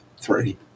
three